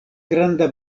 grandaj